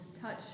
touch